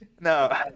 no